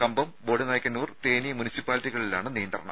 കമ്പം ബോഡിനായ്ക്കന്നൂർ തേനി മുനിസിപ്പാലിറ്റികളിലാണ് നിയന്ത്രണം